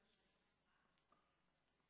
היום ד' בכסלו תשע"ט,